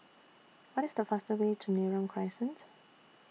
What IS The fastest Way to Neram Crescent